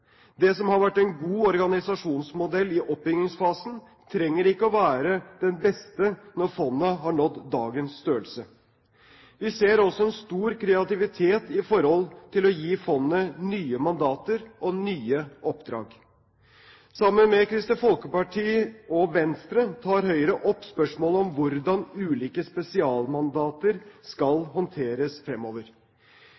Det som har vært en god organisasjonsmodell i oppbyggingsfasen, trenger ikke å være den beste når fondet har nådd dagens størrelse. Vi ser også en stor kreativitet når det gjelder å gi fondet nye mandater og nye oppdrag. Sammen med Kristelig Folkeparti og Venstre tar Høyre opp spørsmålet om hvordan ulike spesialmandater skal